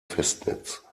festnetz